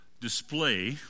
display